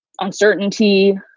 uncertainty